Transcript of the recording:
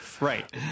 Right